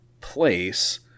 place